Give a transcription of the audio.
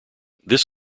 this